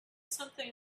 something